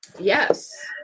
yes